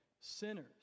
sinners